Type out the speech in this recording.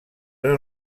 una